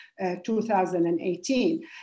2018